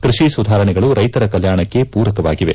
ಕೃಷಿ ಸುಧಾರಣೆಗಳು ರೈತರ ಕಲ್ಯಾಣಕ್ಕೆ ಪೂರಕವಾಗಿವೆ